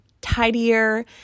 tidier